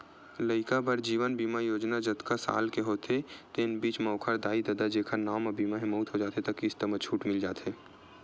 लइका बर जीवन बीमा योजना जतका साल के होथे तेन बीच म ओखर दाई ददा जेखर नांव म बीमा हे, मउत हो जाथे त किस्त म छूट मिल जाथे